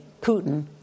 Putin